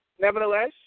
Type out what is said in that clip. Nevertheless